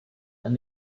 and